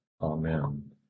Amen